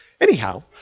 Anyhow